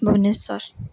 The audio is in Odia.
ଭୁବନେଶ୍ୱର